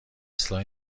اصلاح